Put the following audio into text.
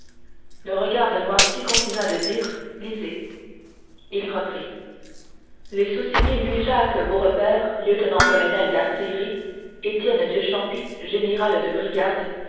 le regard de noirtier continua de dire lisez il reprit les soussignés louis jacques beaurepaire lieutenant-colonel d'artillerie étienne duchampy général de brigade